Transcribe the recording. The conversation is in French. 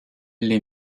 les